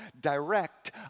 direct